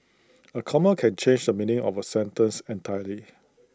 A comma can change the meaning of A sentence entirely